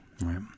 Right